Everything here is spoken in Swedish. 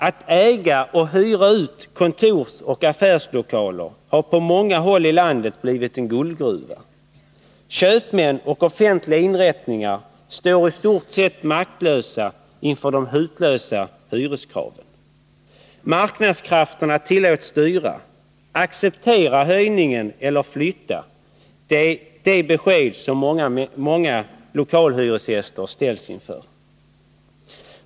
Att äga och hyra ut kontorsoch affärslokaler har på många håll i landet blivit en guldgruva. Köpmän och offentliga inrättningar står i stort sätt maktlösa inför de hutlösa hyreskraven. Marknadskrafterna tillåts styra. Acceptera höjningen eller flytta — det är i många fall det val man ställs inför.